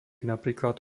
napríklad